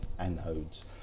anodes